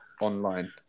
online